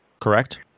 correct